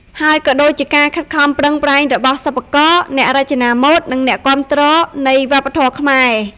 ហើយក៏ដូចជាការខិតខំប្រឹងប្រែងរបស់សិប្បករ អ្នករចនាម៉ូដ និងអ្នកគាំទ្រនៃវប្បធម៌ខ្មែរ។